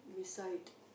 beside